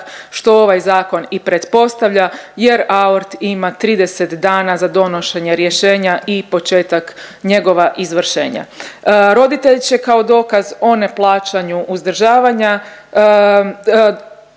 što ovaj zakon i pretpostavlja jer AORT ima 30 dana za donošenje rješenja i početak njegova izvršenja. Roditelj će kao dokaz o neplaćanju uzdržavanja